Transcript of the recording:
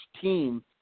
team